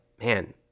man